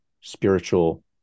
spiritual